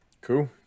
Cool